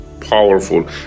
Powerful